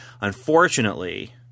unfortunately